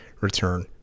return